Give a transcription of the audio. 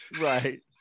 Right